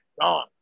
Gone